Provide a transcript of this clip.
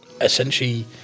essentially